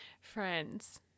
Friends